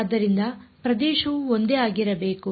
ಆದ್ದರಿಂದ ಪ್ರದೇಶವು ಒಂದೇ ಆಗಿರಬೇಕು